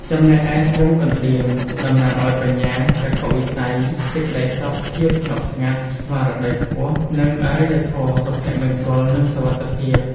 ចំណែកឯ ត្បូងកណ្តៀង តំណាងឲ្យបញ្ញា ចក្ខុវិស័យ សេចក្ដីសុខ ភាពស្ងប់ស្ងាត់ ស្មារតីខ្ពស់ និងអរិយធម៌ សុភមង្គលនិងសុវត្ថិភាព។